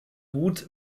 gut